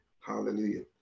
hallelujah